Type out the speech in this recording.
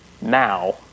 Now